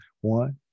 One